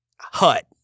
hut